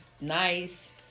nice